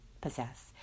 possess